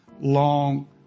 long